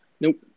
Nope